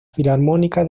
filarmónica